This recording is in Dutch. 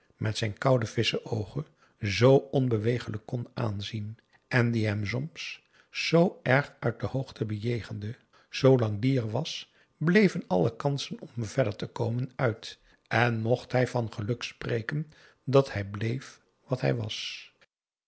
met zijne koude visschenoogen zoo onbewegelijk kon aanzien en die hem soms zoo erg uit de hoogte bejegende zoolang die er was bleven alle kansen om verder te komen uit en mocht hij van geluk spreken dat hij bleef wat hij was